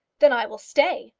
then i will stay.